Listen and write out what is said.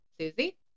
Susie